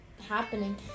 happening